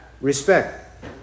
respect